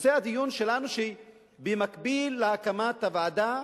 נושא הדיון שלנו הוא שבמקביל להקמת הוועדה,